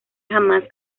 jamás